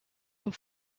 ont